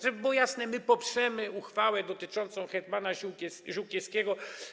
Żeby było jasne, my poprzemy uchwałę dotyczącą hetmana Żółkiewskiego.